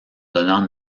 donnant